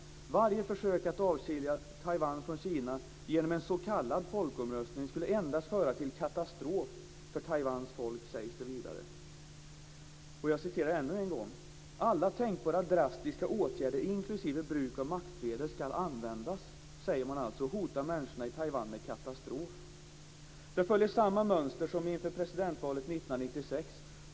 Varje försök att avskilja Taiwan från Kina genom en s.k. folkomröstning skulle endast föra till katastrof för Taiwans folk, sägs det vidare. Alla tänkbara drastiska åtgärder, inklusive bruk av maktmedel, ska användas, säger man alltså och hotar människorna i Taiwan med katastrof. Det följer samma mönster som inför presidentvalet 1996.